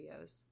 videos